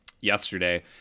yesterday